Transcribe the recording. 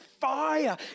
fire